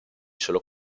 solo